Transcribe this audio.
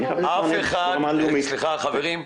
סליחה חברים,